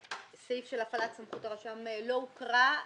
הסעיף של הפעלת סמכות הרשות לא הוקרא,